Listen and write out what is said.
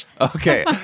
Okay